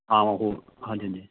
ਆਹੋ ਹਾਂਜੀ ਹਾਂਜੀ